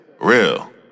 real